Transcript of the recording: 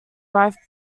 wife